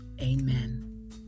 Amen